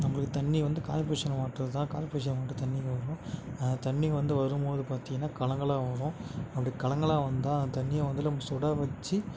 நம்பளுக்கு தண்ணி வந்து கார்ப்பரேஷன் வாட்டர் தான் கார்ப்பரேஷன் வாட்டர் தண்ணி வரும் தண்ணி வந்த வரும்போது பார்த்திங்கனா கலங்கலாக வரும் அப்படி கலங்கலாக வந்தால் அந்த தண்ணியை வந்து நம்ம சுடவச்சு